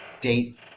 date